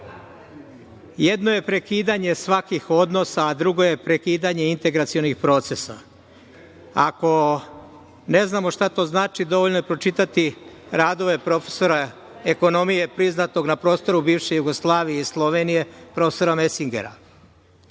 je prekidanje svakih odnosa, a drugo je prekidanje integracionih procesa. Ako ne znamo šta to znači, dovoljno je pročitati radove profesora ekonomije priznatog na prostoru bivše Jugoslavije i Slovenije, profesora Mesingera. Ali,